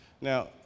Now